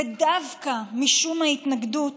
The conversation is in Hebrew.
ודווקא משום ההתנגדות